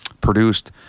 produced